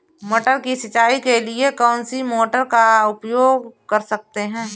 मटर की सिंचाई के लिए कौन सी मोटर का उपयोग कर सकते हैं?